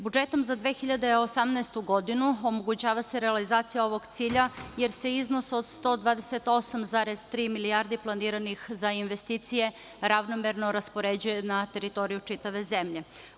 Budžetom za 2018. godinu omogućava se realizacija ovog cilja, jer se iznos od 128,3 milijarde planiranih za investicije ravnomerno raspoređuje na teritoriju čitave zemlje.